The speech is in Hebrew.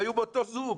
הן היו באותו זום,